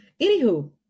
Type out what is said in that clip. Anywho